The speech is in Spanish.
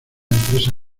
empresa